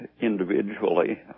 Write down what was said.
individually